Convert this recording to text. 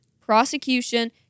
prosecution